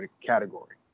category